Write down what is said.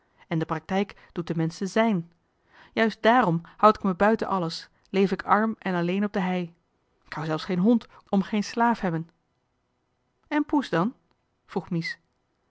dorp de praktijk doet de menschen zijn juist daarom houd ik me buiten alles leef ik arm en alleen op de hei k hou zelfs geen hond om geen slaaf te hebben en poes dan vroeg mies